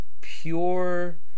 Pure